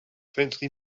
faintly